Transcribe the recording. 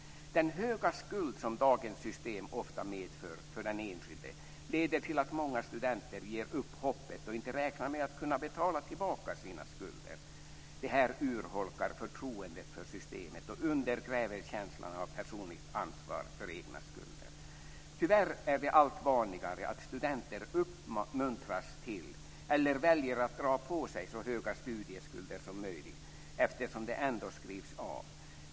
Den höga skuld som dagens system ofta medför för den enskilde leder till att många studenter ger upp hoppet och inte räknar med att kunna betala tillbaka sina skulder. Det urholkar förtroendet för systemet och undergräver känslan av personligt ansvar för egna skulder. Tyvärr är det allt vanligare att studenter uppmuntras till eller väljer att dra på sig så höga studieskulder som möjligt, eftersom de ändå skrivs av.